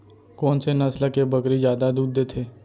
कोन से नस्ल के बकरी जादा दूध देथे